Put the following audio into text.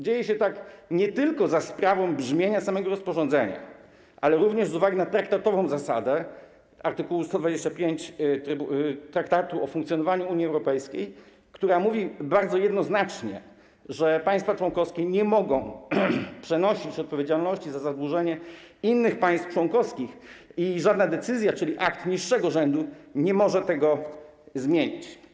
Dzieje się tak nie tylko za sprawą brzmienia samego rozporządzenia, ale również z uwagi na traktatową zasadę art. 125 Traktatu o funkcjonowaniu Unii Europejskiej, która mówi bardzo jednoznacznie, że państwa członkowskie nie mogą przenosić odpowiedzialności za zadłużenie innych państw członkowskich, i żadna decyzja, czyli akt niższego rzędu, nie może tego zmienić.